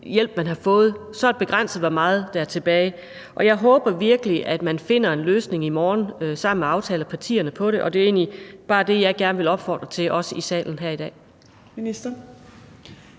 hjælp, man har fået – opleves som begrænset, hvor meget der er tilbage. Jeg håber virkelig, at man finder en løsning på det i morgen sammen med aftalepartierne, og det er egentlig bare det, jeg gerne vil opfordre til, også i salen her i dag. Kl.